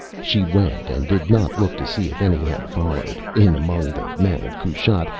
she went, and did not look to see if any had followed, in among the men of kushat.